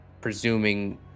presuming